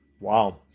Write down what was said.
Wow